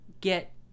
get